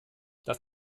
dass